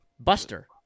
Buster